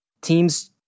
Teams